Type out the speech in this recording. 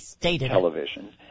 television